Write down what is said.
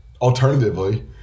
Alternatively